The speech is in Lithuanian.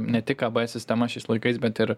ne tik abs sistemas šiais laikais bet ir